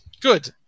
Good